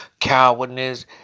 cowardness